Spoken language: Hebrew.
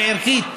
וערכית,